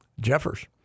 Jeffers